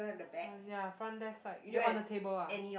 front ya front left side you on the table ah